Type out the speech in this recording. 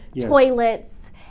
toilets